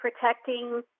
protecting